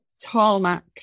tarmac